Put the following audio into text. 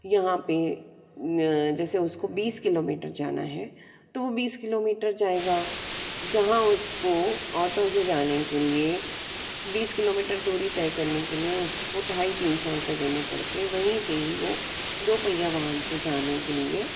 यहाँ पे जैसे उसको बीस किलोमीटर जाना है तो वो बीस किलोमीटर जाएगा जहाँ उसको ऑटो से जाने के लिए बीस किलोमीटर दूरी तय करने के लिए उसको ढाई तीन सौ रुपए देने पड़ते हैं वहीं पे ही वो दो पहिया वाहन से जाने के लिए